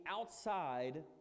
outside